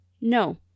No